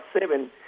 seven